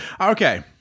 Okay